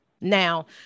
Now